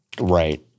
Right